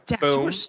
boom